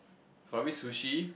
for me sushi